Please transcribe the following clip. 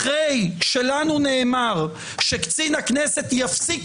אחרי שלנו נאמר שקצין הכנסת יפסיק